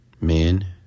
Men